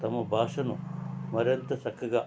తమ భాషను మరింత చక్కగా